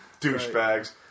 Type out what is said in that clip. Douchebags